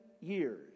years